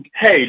Hey